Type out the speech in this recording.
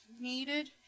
needed